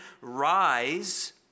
rise